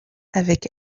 avec